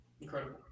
Incredible